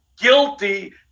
guilty